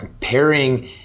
pairing